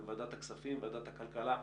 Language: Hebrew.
בוועדת הכלכלה או בוועדת הכספים,